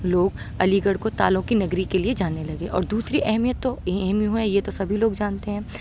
لوگ علی گڑھ کو تالوں کی نگری کے لیے جاننے لگے اور دوسری اہمیت تو اے ایم یو ہے یہ تو سبھی لوگ جانتے ہیں